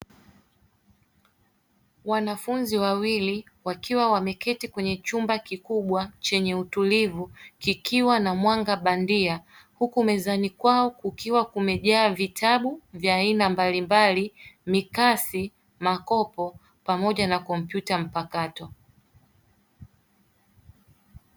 Wanafunzi wawili wakiwa wameketi kwenye chumba kikubwa chenye utulivu kikiwa na mwanga bandia huku ndani kwao kukiwa kumejaa vitabu vya aina mbalimbali mikasi, makopo pamoja na komputa mpakato.